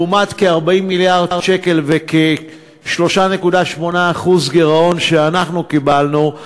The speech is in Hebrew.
לעומת כ-40 מיליארד שקל וכ-3.8% גירעון שאנחנו קיבלנו,